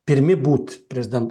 pirmi būt prezidento